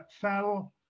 fell